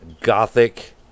gothic